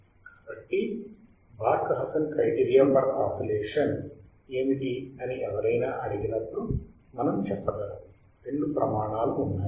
కాబట్టి Barkhausen criteria for oscillation ఏమిటి అని ఎవరైనా అడిగినప్పుడుమనము చెప్పగలం రెండు ప్రమాణాలు ఉన్నాయని